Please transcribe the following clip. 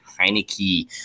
Heineke